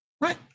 Right